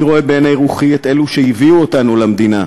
אני רואה בעיני רוחי את אלו שהביאו אותנו למדינה,